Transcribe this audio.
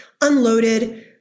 unloaded